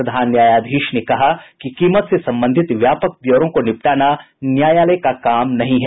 प्रधान न्यायाधीश ने कहा कि कीमत से संबंधित व्यापक ब्यौरों को निपटाना न्यायालय का काम नहीं है